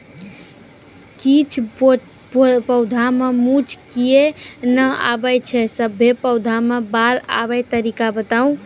किछ पौधा मे मूँछ किये नै आबै छै, सभे पौधा मे बाल आबे तरीका बताऊ?